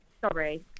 Sorry